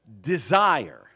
desire